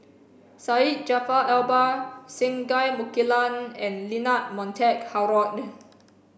Syed Jaafar Albar Singai Mukilan and Leonard Montague Harrod